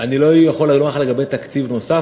אני לא יכול לענות לך לגבי תקציב נוסף.